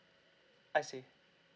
I see